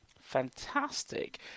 Fantastic